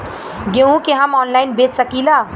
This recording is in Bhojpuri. गेहूँ के हम ऑनलाइन बेंच सकी ला?